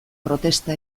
protesta